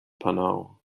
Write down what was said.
panau